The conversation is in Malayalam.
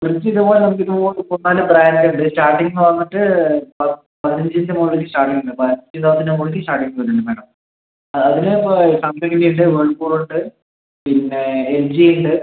ഫ്രിഡ്ജ് ഇതുപോലെ നമുക്കൊരു മുപ്പത്തിനാല് ബ്രാൻഡ് ഉണ്ട് സ്റ്റാർട്ടിംഗ് വന്നിട്ട് പതിനഞ്ചിൻ്റെ മുകളിലേക്ക് സ്റ്റാർട്ടിംഗ് ഉണ്ട് പതിനഞ്ചിൻ്റെ മുകളിലേക്ക് സ്റ്റാർട്ടിംഗ് വരുന്നുണ്ട് മാഡം അതിന് ഇപ്പം സാംസങ്ങിൻ്റെ ഉണ്ട് വേൾപൂൾ ഉണ്ട് പിന്നെ എൽ ജി ഉണ്ട്